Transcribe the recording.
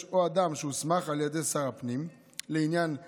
או אדם שהוסמך על יד שר הפנים לעניין עזה,